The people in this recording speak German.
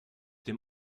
dem